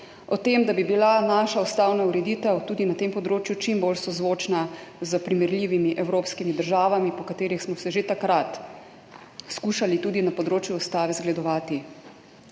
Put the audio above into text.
o tem, da bi bila naša ustavna ureditev tudi na tem področju čim bolj sozvočna s primerljivimi evropskimi državami, po katerih smo se že takrat skušali zgledovati tudi na področju ustave. Tudi